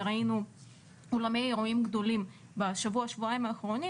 ראינו אולמי אירועים גדולים בשבוע-שבועיים האחרונים